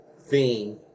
theme